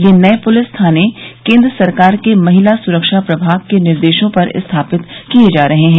ये नए पूलिस थाने केंद्र सरकार के महिला सुरक्षा प्रभाग के निर्देशों पर स्थापित किए जा रहे हैं